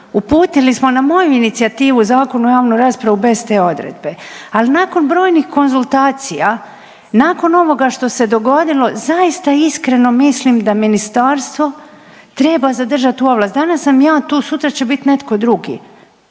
Uputili smo na moju inicijativu zakon u javnu raspravu bez te odredbe, ali nakon brojnih konzultacija, nakon ovoga što se dogodilo, zaista iskreno mislim da Ministarstvo treba zadržati tu ovlast. Danas sam ja tu, sutra će biti netko drugi,